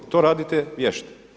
To radite vješto.